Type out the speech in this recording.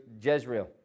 Jezreel